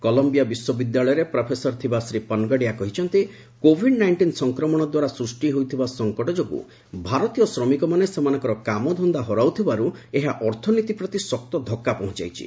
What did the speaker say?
Colombia ବିଶ୍ୱବିଦ୍ୟାଳୟରେ professor ଥିବା ଶ୍ରୀ ପନଗଡ଼ିଆ କହିଛନ୍ତି କୋଭିଡ୍ ନାଇଷ୍ଟିନ୍ ସଂକ୍ରମଣ ଦ୍ୱାରା ସୃଷ୍ଟି ହୋଇଥିବା ସଂକଟ ଯୋଗୁଁ ଭାରତୀୟ ଶ୍ରମିକମାନେ ସେମାନଙ୍କର କାମଧନ୍ଦା ହରାଉଥିବାରୁ ଏହା ଅର୍ଥନୀତି ପ୍ରତି ଶକ୍ତ ଧକ୍କା ପହଞ୍ଚାଇଛି